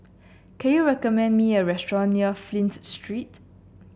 can you recommend me a restaurant near Flint Street